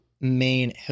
main